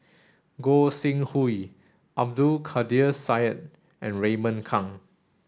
Gog Sing Hooi Abdul Kadir Syed and Raymond Kang